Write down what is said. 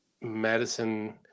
medicine